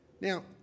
Now